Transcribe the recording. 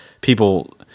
people